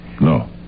No